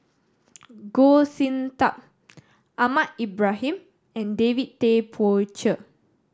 Goh Sin Tub Ahmad Ibrahim and David Tay Poey Cher